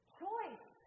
choice